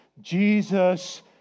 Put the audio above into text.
Jesus